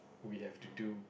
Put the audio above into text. we have to do